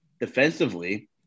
defensively